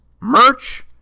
merch